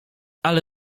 ale